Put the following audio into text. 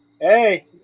Hey